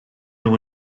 nhw